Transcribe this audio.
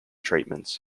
treatments